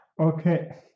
Okay